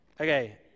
Okay